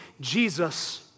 Jesus